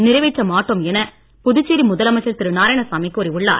நிறைவேற்ற மாட்டோம் என புதுச்சேரி முதலமைச்சர் திரு நாராயணசாமி கூறி உள்ளார்